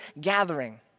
gathering